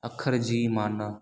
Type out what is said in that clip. अख़र जी माना